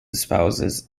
spouses